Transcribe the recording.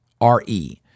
R-E